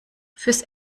fürs